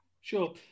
Sure